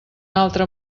altre